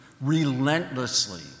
relentlessly